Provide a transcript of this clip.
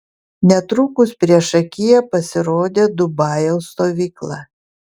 netrukus priešakyje pasirodė dubajaus stovykla